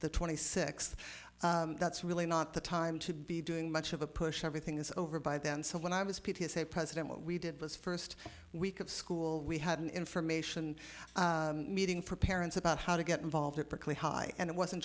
the twenty sixth that's really not the time to be doing much of a push everything is over by then so when i was p t a say president what we did was first week of school we had an information meeting for parents about how to get involved at berkeley high and it wasn't